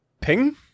Ping